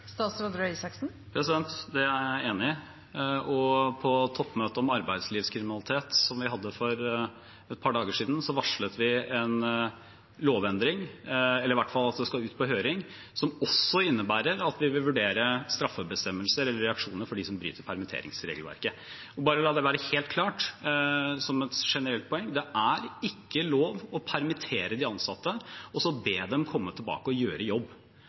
Det er jeg enig i. På toppmøtet om arbeidslivskriminalitet, som vi hadde for et par dager siden, varslet vi en lovendring – eller i hvert fall at det skal ut på høring – som også innebærer at vi vil vurdere straffebestemmelser eller reaksjoner for dem som bryter permitteringsregelverket. Og la det bare være helt klart som et generelt poeng: Det er ikke lov å permittere de ansatte og så be dem komme tilbake og gjøre en jobb.